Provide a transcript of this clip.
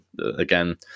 again